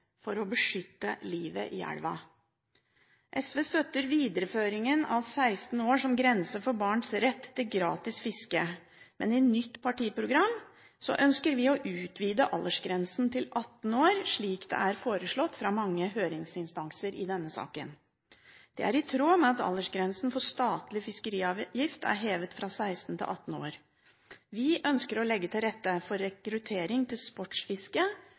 for å beskytte livet i elva. SV støtter videreføringen av 16 år som grense for barns rett til gratis fiske, men i nytt partiprogram ønsker vi å utvide aldersgrensen til 18 år, slik det er foreslått av mange høringsinstanser i denne saken. Det er i tråd med at aldersgrensen for statlig fiskeriavgift er hevet fra 16 til 18 år. Vi ønsker å legge til rette for rekruttering til